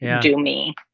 do-me